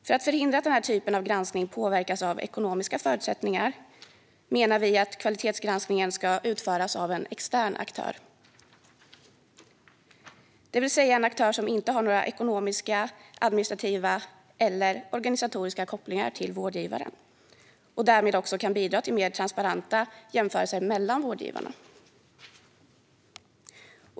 För att förhindra att denna typ av granskning påverkas av ekonomiska förutsättningar menar vi att kvalitetsgranskningen ska utföras av en extern aktör, det vill säga en aktör som inte har några ekonomiska, administrativa eller organisatoriska kopplingar till vårdgivaren och därmed kan bidra till mer transparenta jämförelser mellan vårdgivarna.